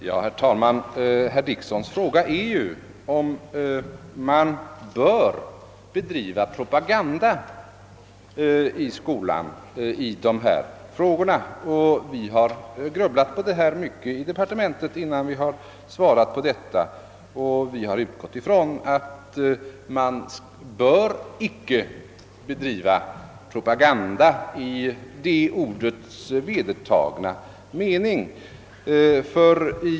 Herr talman! Herr Dicksons fråga gäller om man i dessa angelägenheter bör bedriva propaganda i skolan. Inom departementet har vi grubblat mycket på detta innan vi svarade. Vi har utgått ifrån att man icke bör bedriva propaganda i ordets vedertagna mening.